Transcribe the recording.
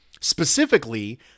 specifically